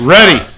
Ready